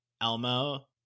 Elmo